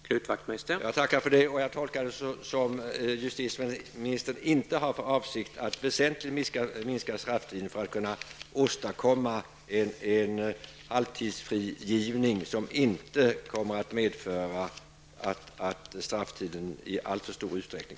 Herr talman! Jag tackar för det, och jag tolkar det som om justitieministern inte har för avsikt att väsenligt minska strafftiderna för att lösa problemet med halvtidsfrigivning.